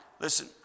Listen